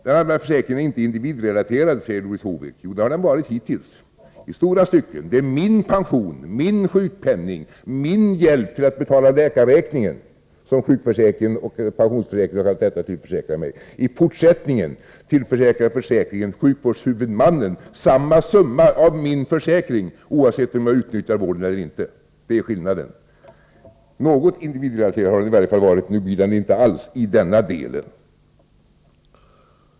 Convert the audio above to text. Den allmänna försäkringen är inte individrelaterad, sade Doris Håvik. Jo, det har den varit hittills, i stora stycken. Det är min pension, min sjukpenning, min hjälp till att betala läkarräkningen som sjukförsäkringen, pensionsförsäkringen osv. tillförsäkrar mig. I fortsättningen tillförsäkrar försäkringen sjukvårdshuvudmännen samma summa av min försäkring, oavsett om jag utnyttjar vården eller inte. Det är skillnaden. Något individualiserad har den allmänna försäkringen i varje fall varit. Nu blir den det inte alls i denna del.